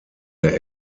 der